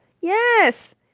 yes